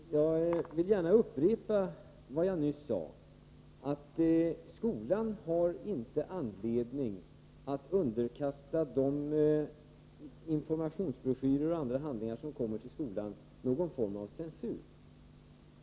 Herr talman! Jag vill gärna upprepa vad jag nyss sade, att skolan inte har anledning att underkasta de informationsbroschyrer och andra handlingar som kommer till skolan någon form av censur.